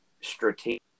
strategic